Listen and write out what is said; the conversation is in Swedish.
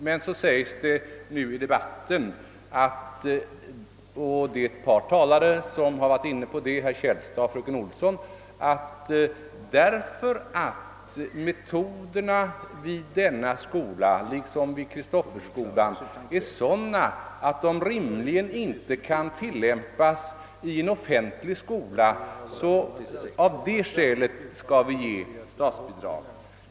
Det har nu sagts i debatten av de två talare som varit inne på det, nämligen herr Källstad och fröken Olsson, att vi på grund av att metoderna vid denna skola liksom vid Kristofferskolan är sådana, att de inte rimligen kan tillämpas i en offentlig skola, så bör vi av det skälet ge statsbidrag.